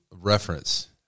reference